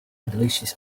delicious